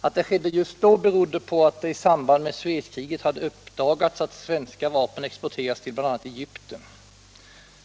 Att det skedde just vid den tidpunkten berodde på att det i samband med Suezkriget hade uppdagats att svenska vapen exporterats till bl.a. Egypten.